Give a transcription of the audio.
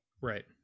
Right